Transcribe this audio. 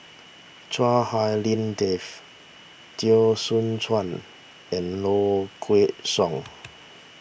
Chua Hak Lien Dave Teo Soon Chuan and Low Kway Song